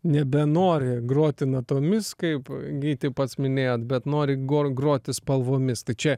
nebenori groti natomis kaip gyti pats minėjot bet nori gor groti spalvomis tai čia